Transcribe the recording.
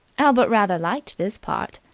albert rather liked this part.